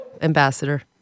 Ambassador